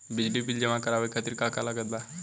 बिजली बिल जमा करावे खातिर का का लागत बा?